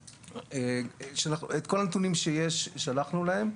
את כל הנתונים שיש שלחנו להם.